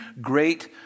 great